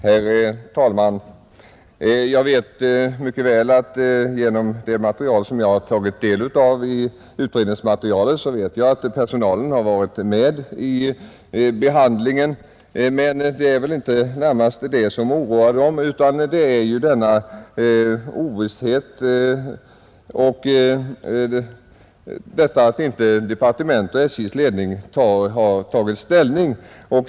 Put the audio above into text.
Herr talman! Genom det utredningsmaterial som jag tagit del av vet jag mycket väl att personalen har varit med i behandlingen. Men det är inte den saken som närmast oroar personalen, utan denna ovisshet när inte departementet och SJ:s ledning har tagit ställning.